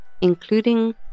including